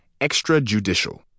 extrajudicial